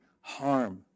harm